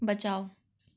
बचाओ